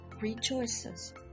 rejoices